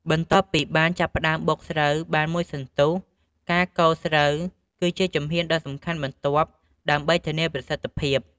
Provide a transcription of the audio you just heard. បន្ទាប់ពីបានចាប់ផ្តើមបុកស្រូវបានមួយសន្ទុះ ការកូរស្រូវគឺជាជំហានដ៏សំខាន់បន្ទាប់ដើម្បីធានាប្រសិទ្ធភាព។